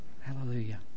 Hallelujah